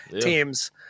teams